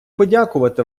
подякувати